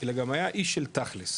אלא גם היה איש של תכלס,